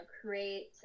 create